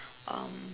um